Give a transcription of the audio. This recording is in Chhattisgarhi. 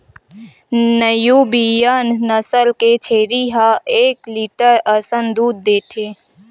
न्यूबियन नसल के छेरी ह एक लीटर असन दूद देथे